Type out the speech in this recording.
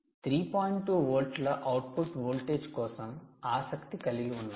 2 వోల్ట్ల output voltage కోసం ఆసక్తి కలిగి ఉన్నాను